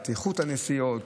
את איכות הנסיעות,